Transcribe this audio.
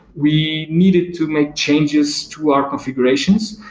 we needed to make changes to our configurations.